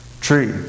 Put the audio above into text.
tree